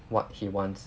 what he wants